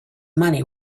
money